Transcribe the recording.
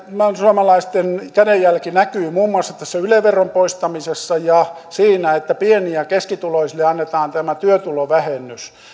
perussuomalaisten kädenjälki näkyy muun muassa tässä yle veron poistamisessa ja siinä että pieni ja keskituloisille annetaan tämä työtulovähennys